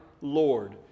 Lord